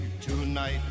tonight